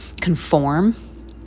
conform